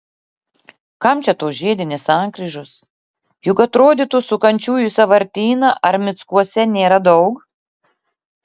kam čia tos žiedinės sankryžos juk atrodytų sukančiųjų į sąvartyną ar mickuose nėra daug